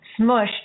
smushed